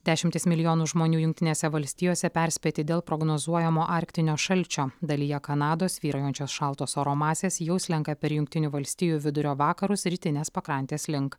dešimtys milijonų žmonių jungtinėse valstijose perspėti dėl prognozuojamo arktinio šalčio dalyje kanados vyraujančios šaltos oro masės jau slenka per jungtinių valstijų vidurio vakarus rytinės pakrantės link